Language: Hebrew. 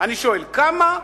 אני שואל: כמה?